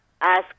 ask